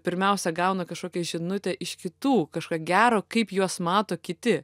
pirmiausia gauna kažkokią žinutę iš kitų kažką gero kaip juos mato kiti